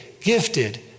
gifted